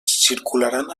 circularan